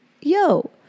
yo